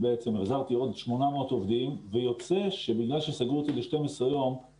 עכשיו אני מתחיל להבין את מה שאמרה התאחדות התעשיינים שטעמים של